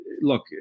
look